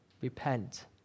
Repent